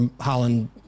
Holland